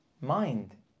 mind